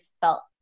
felt